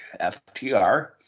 FTR